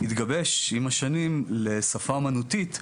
התגבש עם השנים לשפה אומנותית,